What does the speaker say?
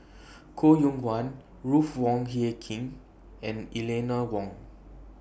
Koh Yong Guan Ruth Wong Hie King and Eleanor Wong